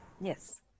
Yes